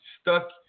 stuck